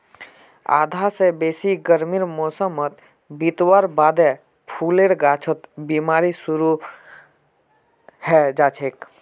आधा स बेसी गर्मीर मौसम बितवार बादे फूलेर गाछत बिमारी शुरू हैं जाछेक